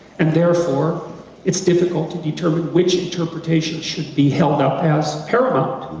and therefore it's difficult to determine which interpretation should be held up as paramount.